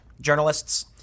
Journalists